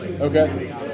Okay